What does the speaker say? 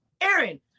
Aaron